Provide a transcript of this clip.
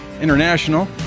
international